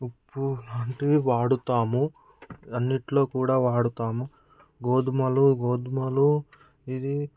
ఉప్పు లాంటివి వాడుతాము అన్నింటిలో కూడా వాడుతాము గోధుమలు గోధుమలు ఇది